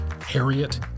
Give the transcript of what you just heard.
Harriet